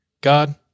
God